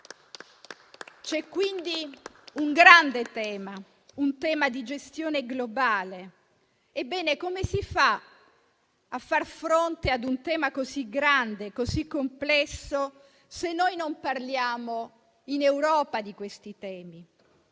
C'è quindi un grande tema di gestione globale. Ebbene, come si fa a far fronte a un tema così grande e complesso se non parliamo in Europa di questi temi?